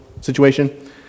situation